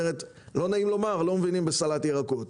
לא נעים לומר אבל הם לא מבינים בסלט ירקות.